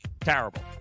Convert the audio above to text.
Terrible